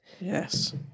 Yes